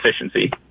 efficiency